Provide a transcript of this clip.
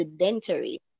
sedentary